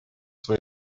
свои